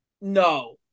No